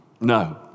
No